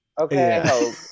Okay